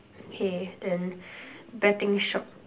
K then betting shop